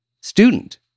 student